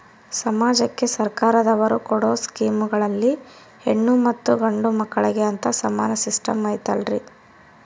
ಸಮಾಜಕ್ಕೆ ಸರ್ಕಾರದವರು ಕೊಡೊ ಸ್ಕೇಮುಗಳಲ್ಲಿ ಹೆಣ್ಣು ಮತ್ತಾ ಗಂಡು ಮಕ್ಕಳಿಗೆ ಅಂತಾ ಸಮಾನ ಸಿಸ್ಟಮ್ ಐತಲ್ರಿ?